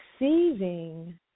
receiving